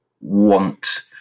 want